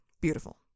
Beautiful